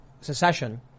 secession